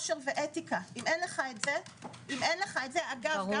אם אין לך את זה- -- מה